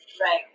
Right